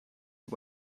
you